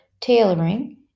tailoring